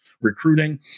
recruiting